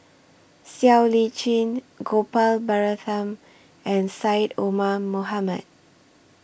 Siow Lee Chin Gopal Baratham and Syed Omar Mohamed